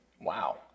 Wow